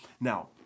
Now